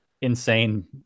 insane